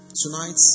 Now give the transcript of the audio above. Tonight